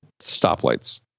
stoplights